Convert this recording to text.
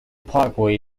parkway